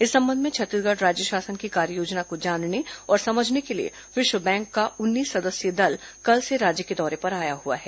इस संबंध में छत्तीसगढ़ राज्य शासन की कार्ययोजना को जानने और समझने के लिए विश्व बैंक का उन्नीस सदस्यीय दल कल से राज्य के दौरे पर आया हुआ है